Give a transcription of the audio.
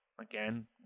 Again